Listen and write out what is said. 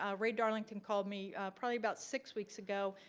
ah ray darlington called me probably about six weeks ago,